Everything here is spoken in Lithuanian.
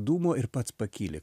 dūmo ir pats pakyli